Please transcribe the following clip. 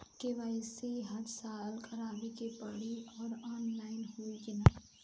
KYC हर साल करवावे के पड़ी और ऑनलाइन होई की ना?